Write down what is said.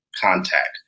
contact